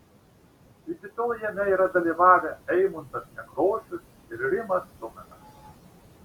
iki tol jame yra dalyvavę eimuntas nekrošius ir rimas tuminas